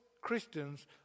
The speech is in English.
Christians